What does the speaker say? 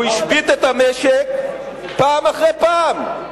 הוא השבית את המשק פעם אחרי פעם.